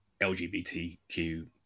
LGBTQ